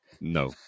no